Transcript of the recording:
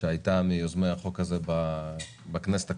שהייתה מיוזמי החוק הזה בכנסת הקודמת,